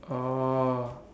orh